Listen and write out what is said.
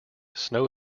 snow